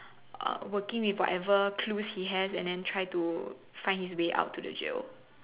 uh working with whatever clues he has and then try to find his way out of the jail